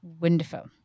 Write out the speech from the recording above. Wonderful